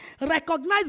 recognize